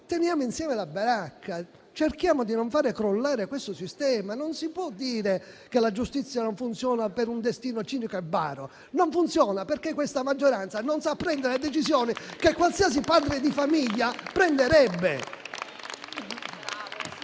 teniamo in piedi la baracca, cercando di non far crollare il sistema, Non si può dire che la giustizia non funziona per un destino cinico e baro: non funziona perché questa maggioranza non sa prendere le decisioni che qualsiasi padre di famiglia prenderebbe.